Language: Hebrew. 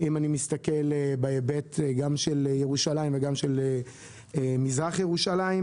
אם אני מסתכל גם בהיבט של ירושלים וגם בהיבט של מזרח ירושלים,